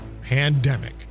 Pandemic